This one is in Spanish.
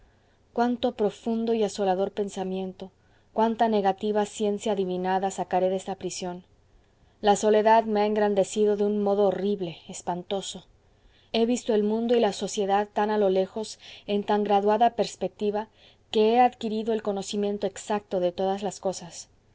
cuánto profundo y asolador pensamiento cuánta negativa ciencia adivinada sacaré de esta prisión la soledad me ha engrandecido de un modo horrible espantoso he visto el mundo y la sociedad tan a lo lejos en tan graduada perspectiva que he adquirido el conocimiento exacto de todas las cosas